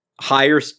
higher